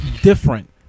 different